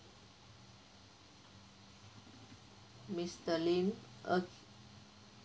mister lim uh